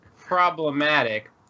problematic